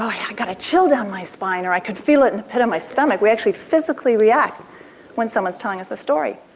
i got a chill down my spine or, i could feel it in the pit of my stomach. we actually physically react when someone is telling us a story.